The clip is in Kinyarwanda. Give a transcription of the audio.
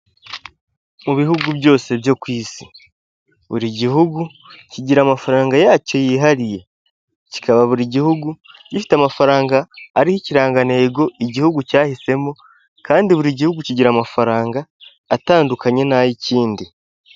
Mu bihugu byose byo ku Isi buri gihugu kigira amafaranga yacyo yihariye, kikaba buri gihugu gifite amafaranga ariho ikirangantego igihugu cyahisemo kandi buri gihugu kigira amafaranga atandukanye n'ay'ikindi.